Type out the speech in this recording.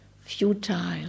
futile